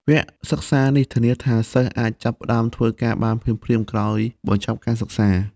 វគ្គសិក្សានេះធានាថាសិស្សអាចចាប់ផ្តើមធ្វើការបានភ្លាមៗក្រោយបញ្ចប់ការសិក្សា។